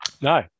No